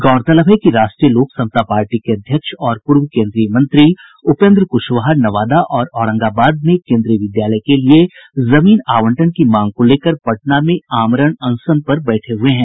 गौरतलब है कि राष्ट्रीय लोक समता पार्टी के अध्यक्ष और पूर्व केन्द्रीय मंत्री उपेन्द्र कुशवाहा नवादा और औरंगाबाद में केन्द्रीय विद्यालय के लिए जमीन आवंटन की मांग को लेकर पटना में आमरण अनशन पर बैठे हये हैं